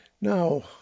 Now